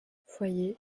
foyer